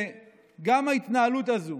גם ההתנהלות הזו: